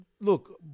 look